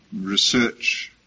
research